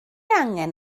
angen